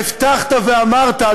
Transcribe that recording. והבטחת ואמרת,